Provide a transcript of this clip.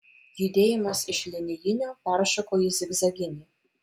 judėjimas iš linijinio peršoko į zigzaginį